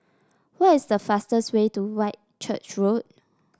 what is the fastest way to Whitchurch Road